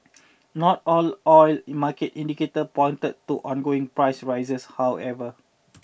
not all oil market indicator pointed to ongoing price rises however